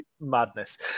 madness